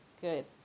good